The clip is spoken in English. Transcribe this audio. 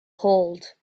hold